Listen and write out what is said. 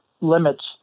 limits